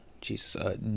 Jesus